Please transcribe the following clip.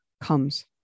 comes